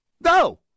No